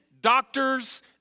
doctors